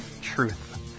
truth